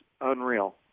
unreal